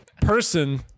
Person